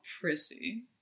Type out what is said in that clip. prissy